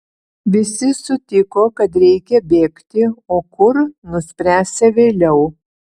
visi sutiko kad reikia bėgti o kur nuspręsią vėliau